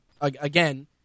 again